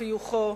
חיוכו,